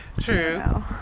True